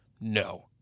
No